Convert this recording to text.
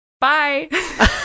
Bye